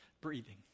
breathing